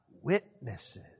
witnesses